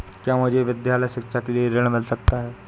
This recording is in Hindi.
क्या मुझे विद्यालय शिक्षा के लिए ऋण मिल सकता है?